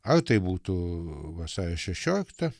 ar tai būtų vasario šešiolikta